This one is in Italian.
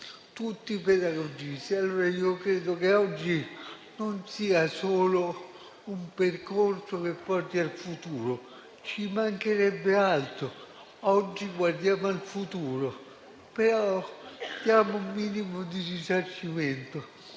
tutti i pedagogisti. Io credo che quello di oggi non sia solo un percorso che porti al futuro: ci mancherebbe altro. Oggi guardiamo al futuro, ma diamo un minimo di risarcimento